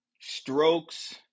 strokes